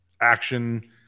action